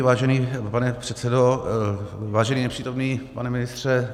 Vážený pane předsedo, vážený nepřítomný pane ministře.